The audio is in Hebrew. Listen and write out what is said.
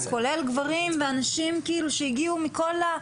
כולל גברים ואנשים כאילו שהגיעו מכל מקום.